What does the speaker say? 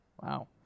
Wow